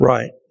Right